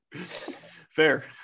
fair